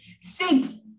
Six